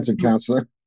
counselor